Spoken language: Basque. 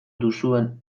duzuen